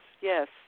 yes